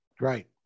right